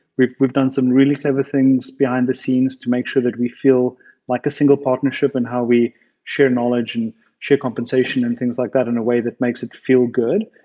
we've we've done some really clever things behind the scenes to make sure that we feel like a single partnership and how we share knowledge and share compensation and things like that in a way that makes it feel good.